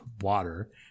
water